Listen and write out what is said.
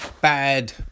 bad